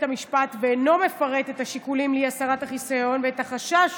המשפט ואינו מפרט את השיקולים לאי-הסרת החיסיון ואת החשש